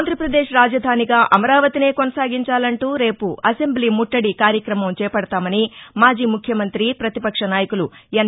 ఆంధ్రప్రదేశ్ రాజధానిగా అమరావతినే కొనసాగించాలంటూ రేపు అసెంబ్లీ ముట్లడి కార్యక్రమం చేపడతామని మాజీ ముఖ్యమంత్రి ప్రతిపక్షనాయకులు ఎన్